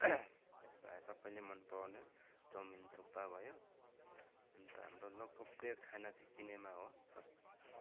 प्राय सबैले मन पराउने चाउमिन थुक्पा भयो अन्त हाम्रो लोकप्रिय खाना चाहिँ किनेमा हो सब